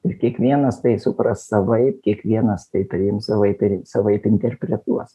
ir kiekvienas tai supras savaip kiekvienas tai priims savaip ir savaip interpretuos